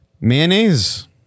mayonnaise